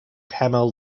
cammell